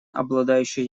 обладающий